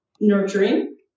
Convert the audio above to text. nurturing